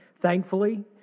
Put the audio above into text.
Thankfully